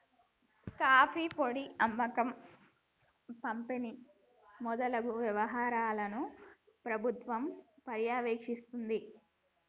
coffee పొడి అమ్మకం పంపిణి మొదలగు వ్యవహారాలను ప్రభుత్వం పర్యవేక్షిస్తుంది